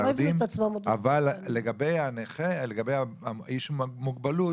אבל לגבי האיש עם המוגבלות